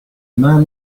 man